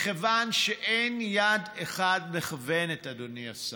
מכיוון שאין יד אחת מכוונת, אדוני השר.